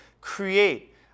create